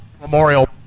Memorial